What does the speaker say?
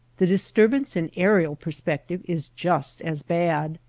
the disturbance in aerial perspective is just as bad.